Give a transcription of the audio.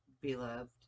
beloved